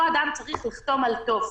אותו אדם צריך לחתום ממש על טופס.